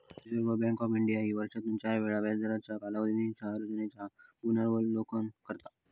reserve Bank of India वर्षातून चार वेळा व्याजदरांच्या कालावधीच्या संरचेनेचा पुनर्विलोकन करता